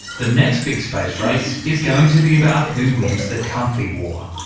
the next big space race is going to be about who wins the comfy war.